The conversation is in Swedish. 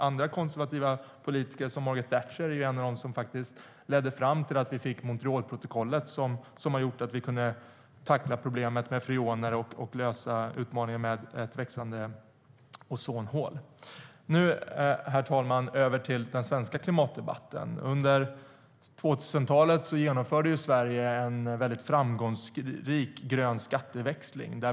En annan konservativ politiker, Margaret Thatcher, var en av dem som ledde oss fram till Montrealprotokollet, som gjorde att vi kunde tackla problemet med freoner och lösa utmaningen med ett växande ozonhål. Nu, herr talman, över till den svenska klimatdebatten! Under 2000-talet genomförde Sverige en väldigt framgångsrik grön skatteväxling.